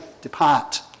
depart